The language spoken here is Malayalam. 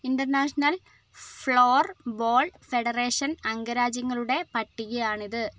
ഇൻ്റർനാഷണൽ ഫ്ലോർ ബോൾ ഫെഡറേഷൻ അംഗരാജ്യങ്ങളുടെ പട്ടികയാണിത്